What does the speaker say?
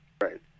Right